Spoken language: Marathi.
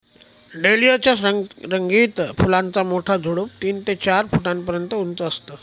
डेलिया च्या रंगीत फुलांचा मोठा झुडूप तीन ते चार फुटापर्यंत उंच असतं